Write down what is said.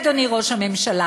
אדוני ראש הממשלה,